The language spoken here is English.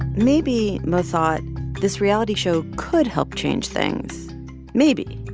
maybe mo thought this reality show could help change things maybe.